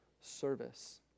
service